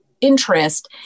interest